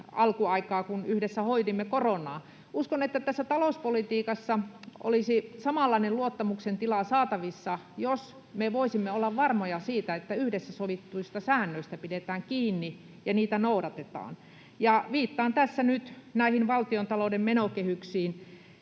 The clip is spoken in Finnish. alkuaikaa, kun yhdessä hoidimme koronaa. Uskon, että tässä talouspolitiikassa olisi samanlainen luottamuksen tila saatavissa, jos me voisimme olla varmoja siitä, että yhdessä sovituista säännöistä pidetään kiinni ja niitä noudatetaan, ja viittaan tässä nyt näihin valtiontalouden menokehyksiin.